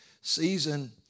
Season